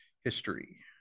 History